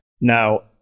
Now